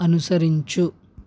అనుసరించు